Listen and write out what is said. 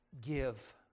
give